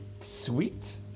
sweet